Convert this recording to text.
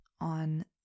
on